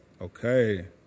Okay